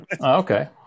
Okay